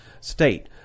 state